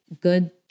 good